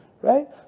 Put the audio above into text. right